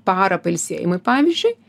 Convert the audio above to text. parą pailsėjimui pavyzdžiui